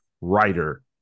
writer